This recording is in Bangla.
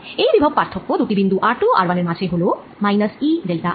এই বিভব পার্থক্য দুটি বিন্দু r2ও r1এর মাঝে হল মাইনাস E ডেল্টা r